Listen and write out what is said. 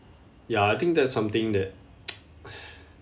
ya I think that's something that